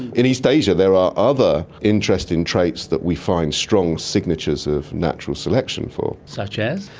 in east asia there are other interesting traits that we find strong signatures of natural selection for. such as?